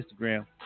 Instagram